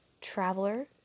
traveler